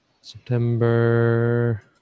September